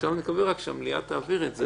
עכשיו אנחנו מקווים רק שהמליאה תעביר את זה.